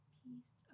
piece